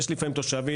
יש לפעמים תושבים,